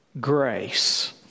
grace